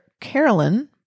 Carolyn